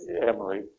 Emily